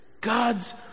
God's